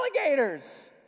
alligators